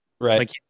Right